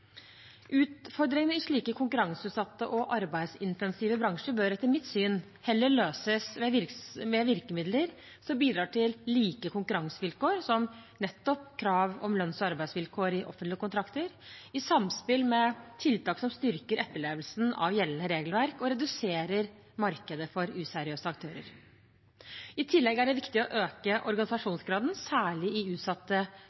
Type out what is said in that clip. utfordringene. Utfordringene i slike konkurranseutsatte og arbeidsintensive bransjer bør etter mitt syn heller løses ved virkemidler som bidrar til like konkurransevilkår, slik som nettopp krav om lønns- og arbeidsvilkår i offentlige kontrakter, i samspill med tiltak som styrker etterlevelsen av gjeldende regelverk og reduserer markedet for useriøse aktører. I tillegg er det viktig å øke